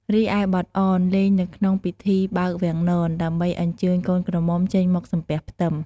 រីឯបទអន លេងនៅក្នងពិធីបើកវាំងនន ដើម្បីអញ្ជើញកូនក្រមំុចេញមកសំពះផ្ទឹម។